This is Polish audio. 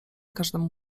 każdemu